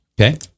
okay